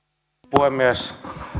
puhemies